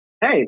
hey